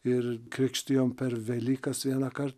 ir krikštijom per velykas vienąkar